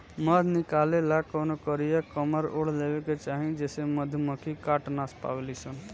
मध निकाले ला कवनो कारिया कमर ओढ़ लेवे के चाही जेसे मधुमक्खी काट ना पावेली सन